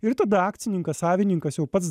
ir tada akcininkas savininkas jau patz